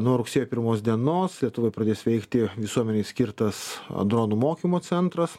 nuo rugsėjo pirmos dienos lietuvoje pradės veikti visuomenei skirtas dronų mokymo centras